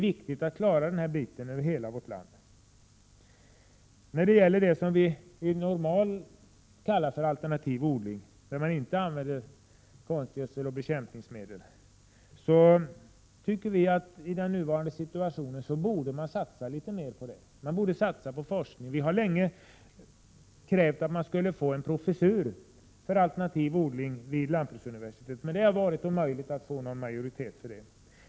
I nuvarande situation borde det satsas mer på det som normalt kallas alternativ odling, där man inte använder konstgödsel och bekämpningsmedel. Det borde satsas på forskning. Vi har länge krävt att en professur för alternativ odling inrättas vid lantbruksuniversitetet, men det har varit omöjligt att få majoritet för det.